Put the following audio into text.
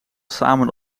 samen